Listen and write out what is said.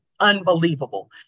unbelievable